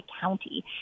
county